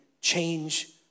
change